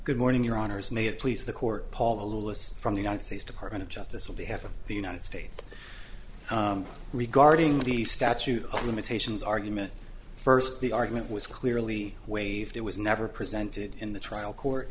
good morning your honor is may it please the court paul the list from the united states department of justice will be half of the united states regarding the statute of limitations argument first the argument was clearly waived it was never presented in the trial court